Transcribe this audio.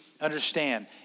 understand